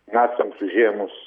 naciams užėmus